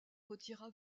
retira